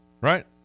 Right